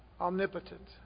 omnipotent